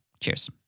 Cheers